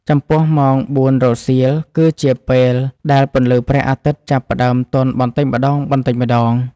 ចំពោះ ម៉ោងបួនរសៀលគឺជាពេលដែលពន្លឺព្រះអាទិត្យចាប់ផ្តើមទន់បន្តិចម្តងៗ។